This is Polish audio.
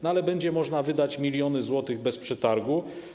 No ale będzie można wydać miliony złotych bez przetargu.